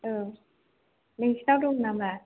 औ नोंसोरनाव दं नामा